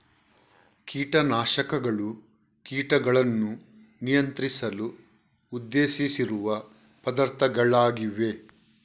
ಕೀಟ ನಾಶಕಗಳು ಕೀಟಗಳನ್ನು ನಿಯಂತ್ರಿಸಲು ಉದ್ದೇಶಿಸಿರುವ ಪದಾರ್ಥಗಳಾಗಿವೆ